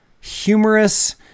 humorous